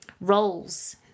roles